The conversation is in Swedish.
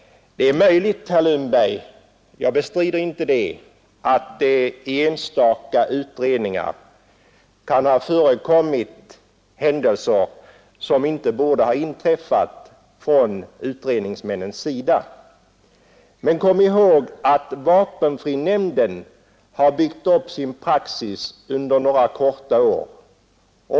Det är möjligt, herr Lundberg — jag bestrider inte detta — att i enstaka utredningar kan ha förekommit händelser som inte borde ha inträffat, men kom ihåg att vapenfrinämnden har byggt upp sin praxis under några korta år.